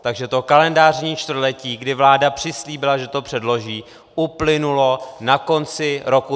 Takže to kalendářní čtvrtletí, kdy vláda přislíbila, že to předloží, uplynulo na konci roku 2018.